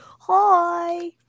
Hi